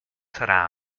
serà